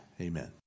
Amen